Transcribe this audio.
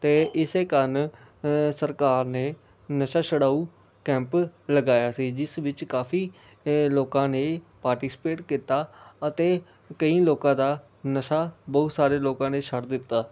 ਅਤੇ ਇਸੇ ਕਾਰਨ ਸਰਕਾਰ ਨੇ ਨਸ਼ਾ ਛੁਡਾਊ ਕੈਂਪ ਲਗਾਇਆ ਸੀ ਜਿਸ ਵਿੱਚ ਕਾਫੀ ਲੋਕਾਂ ਨੇ ਪਾਰਟੀਸਪੇਟ ਕੀਤਾ ਅਤੇ ਕਈ ਲੋਕਾਂ ਦਾ ਨਸ਼ਾ ਬਹੁਤ ਸਾਰੇ ਲੋਕਾਂ ਨੇ ਛੱਡ ਦਿੱਤਾ